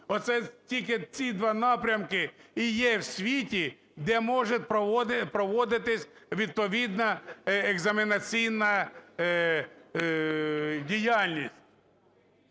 тільки ці два напрямки і є в світі, де може проводитись відповідна екзаменаційна діяльність.